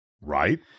right